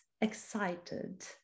excited